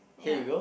here you go